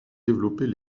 développées